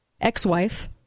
ex-wife